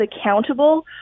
accountable